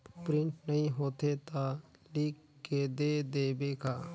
Print नइ होथे ता लिख के दे देबे का?